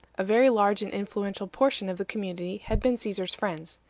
a very large and influential portion of the community had been caesar's friends.